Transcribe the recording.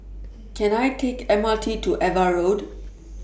Can I Take The M R T to AVA Road